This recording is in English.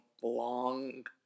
belong